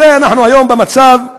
הרי אנחנו היום במצב,